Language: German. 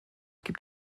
gibt